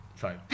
Sorry